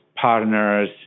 partners